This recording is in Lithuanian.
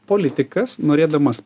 politikas norėdamas